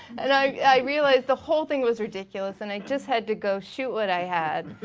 and i realized the whole thing was ridiculous and i just had to go shoot what i had.